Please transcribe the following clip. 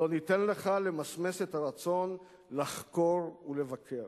לא ניתן לך למסמס את הרצון לחקור ולבקר.